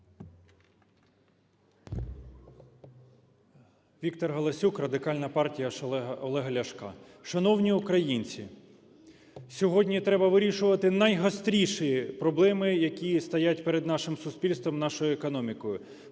Віктор Галасюк, Радикальна партія Олега Ляшка. Шановні українці, сьогодні треба вирішувати найгостріші проблеми, які стоять перед нашим суспільством, нашою економікою.